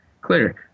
clear